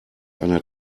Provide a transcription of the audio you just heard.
einer